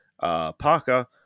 Parker